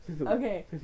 Okay